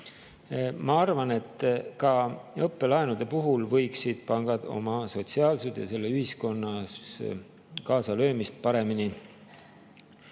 Ma arvan, et ka õppelaenude puhul võiksid pangad oma sotsiaalsust ja ühiskonnas kaasalöömist paremini